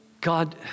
God